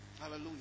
Hallelujah